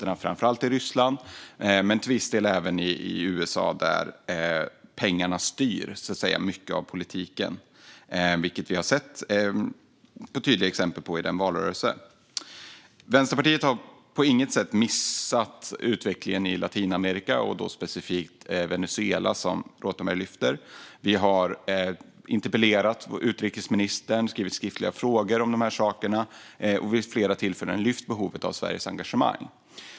Det gäller framför allt i Ryssland men till viss del även i USA, där pengarna styr mycket av politiken. Det har vi sett tydliga exempel på i valrörelsen. Vänsterpartiet har på inget sätt missat utvecklingen i Latinamerika och då specifikt Venezuela, som Rothenberg lyfter. Vi har interpellerat utrikesministern och ställt skriftliga frågor om de här sakerna och vid flera tillfällen lyft behovet av Sveriges engagemang.